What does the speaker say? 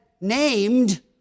named